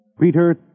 Peter